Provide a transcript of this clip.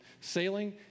sailing